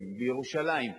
גשם בירושלים.